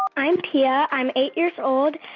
i'm tia. i'm eight years old.